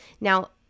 now